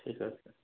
ଠିକ ଅଛି